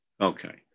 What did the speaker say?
Okay